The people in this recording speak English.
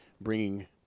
bringing